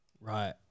Right